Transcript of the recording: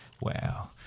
Wow